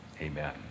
Amen